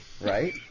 right